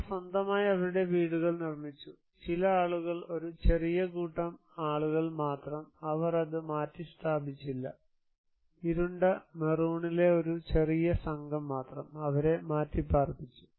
അവർ സ്വന്തമായി അവരുടെ വീടുകൾ നിർമ്മിച്ചു ചില ആളുകൾ ഒരു ചെറിയ കൂട്ടം ആളുകൾ മാത്രം അവർ അത് മാറ്റിസ്ഥാപിച്ചില്ല ഇരുണ്ട മെറൂണിലെ ഒരു ചെറിയ സംഘം മാത്രം അവരെ മാറ്റി പാർപ്പിച്ചു